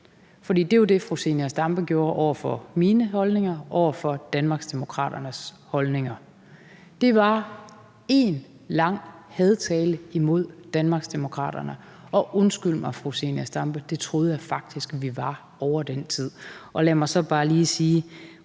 for det var jo det, fru Zenia Stampe store gjorde over for mine holdninger og over for Danmarksdemokraternes holdninger. Det var én lang hadtale imod Danmarksdemokraterne, og undskyld mig, fru Zenia Stampe, jeg troede faktisk vi var ovre den tid. Lad mig så bare lige sige